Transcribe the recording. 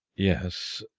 yes,